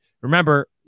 Remember